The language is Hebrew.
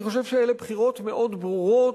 אני חושב שאלה בחירות מאוד ברורות,